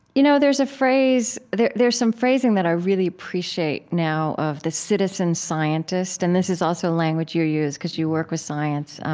you know, there's a phrase there's there's some phrasing that i really appreciate now of the citizen scientist, and this is also language you use, because you work with science.